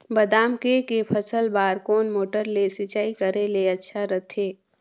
बादाम के के फसल बार कोन मोटर ले सिंचाई करे ले अच्छा रथे?